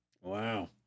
Wow